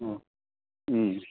अँ